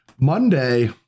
Monday